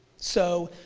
so